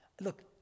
Look